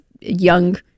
young